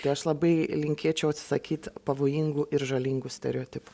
tai aš labai linkėčiau atsisakyt pavojingų ir žalingų stereotipų